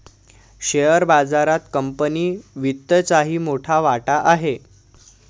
share बाजारात company वित्तचाही मोठा वाटा आहे